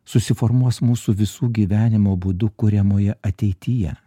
susiformuos mūsų visų gyvenimo būdu kuriamoje ateityje